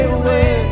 away